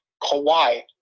Kawhi